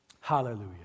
Hallelujah